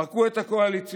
פרקו את הקואליציה,